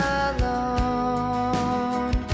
alone